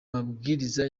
mabwiriza